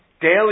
Daily